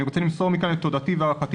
אני רוצה למסור מכאן את תודתי והערכתי